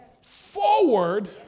forward